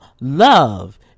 Love